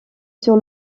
sur